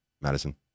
Madison